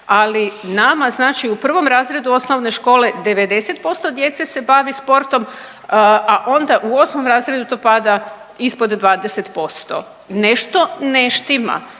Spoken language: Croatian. Ali nama, znači u prvom razredu osnovne škole 90% djece se bavi sportom, a onda u 8 razredu to pada ispod 20%. Nešto ne štima.